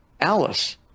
Alice